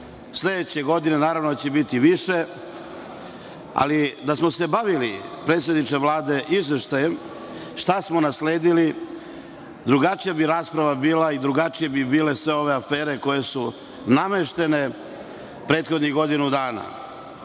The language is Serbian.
sledeće godine? Naravno da će biti više. Da smo se bavili izveštajem šta smo nasledili, drugačija bi rasprava bila i drugačije bi bile sve ove afere koje su nameštene prethodnih godinu dana.